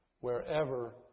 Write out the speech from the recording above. Wherever